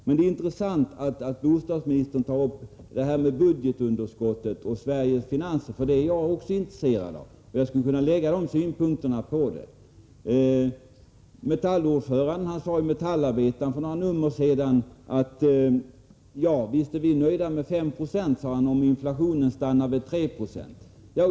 Det är intressant att bostadsministern tar upp detta med budgetunderskottet och Sveriges finanser, för det är jag också intresserad av. Jag skulle kunna anföra dessa synpunkter på det. Metallordföranden sade i Metallarbetaren för någon tid sedan att visst är vi nöjda med 5 20 om inflationen stannar vid 3 Jo.